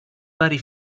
vari